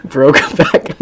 Brokeback